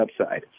upside